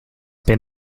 been